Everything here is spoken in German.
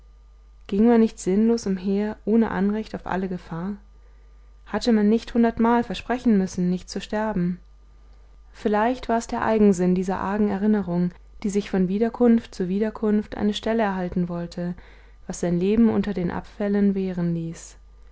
ging man nicht sinnlos umher ohne anrecht auf alle gefahr hatte man nicht hundertmal versprechen müssen nicht zu sterben vielleicht war es der eigensinn dieser argen erinnerung die sich von wiederkunft zu wiederkunft eine stelle erhalten wollte was sein leben unter den abfällen währen ließ